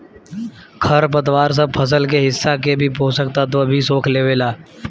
खर पतवार सब फसल के हिस्सा के भी पोषक तत्व भी सोख लेवेला